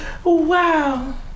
wow